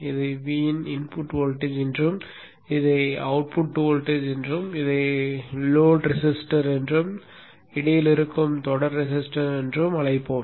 இதை V in input voltage என்றும் இதை அவுட்புட் வோல்டேஜ் என்றும் இதை லோட் ரெசிஸ்டர் என்றும் இடையில் இருப்பதை தொடர் ரெசிஸ்டன்ஸ் என்றும் அழைப்போம்